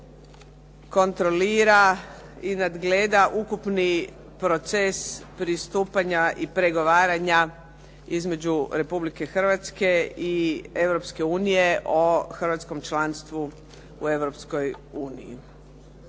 kontrolira i nadgleda ukupni proces pristupanja i pregovaranja između Republike Hrvatske i Europske unije o hrvatskom članstvu u Europskoj uniji.